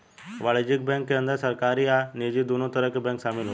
वाणिज्यक बैंकिंग के अंदर सरकारी आ निजी दुनो तरह के बैंक शामिल होला